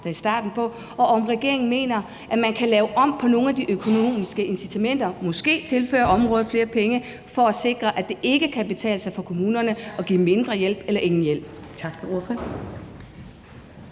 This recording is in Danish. mener regeringen, at man kan lave om på nogle af de økonomiske incitamenter – måske tilføre området flere penge – for at sikre, at det ikke kan betale sig for kommunerne at give mindre hjælp eller ingen hjælp?